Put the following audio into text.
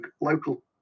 Local